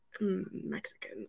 Mexican